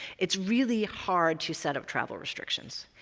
it's really hard to set up travel restrictions.